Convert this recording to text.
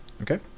Okay